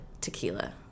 tequila